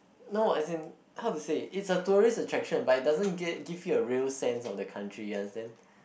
no as in how to say it's a tourist attraction but it doesn't give give you a real sense of the country you understand